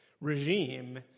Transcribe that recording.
regime